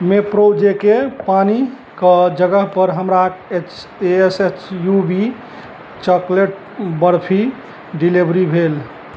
मेप्रो जे के पानिके जगहपर हमरा H A S H U B chocolate barfi delivery भेल